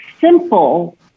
simple